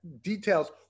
details